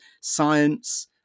science